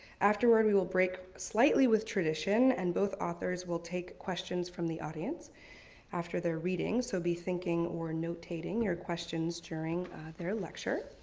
afterward we will break slightly with tradition and both authors will take questions from the audience after their reading, so be thinking or notating your questions during their lecture.